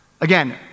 again